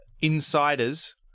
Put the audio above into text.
insiders